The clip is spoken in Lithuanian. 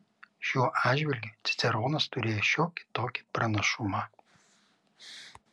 šiuo atžvilgiu ciceronas turėjo šiokį tokį pranašumą